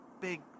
big